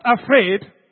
afraid